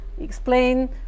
explain